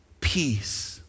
peace